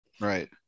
Right